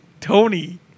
Tony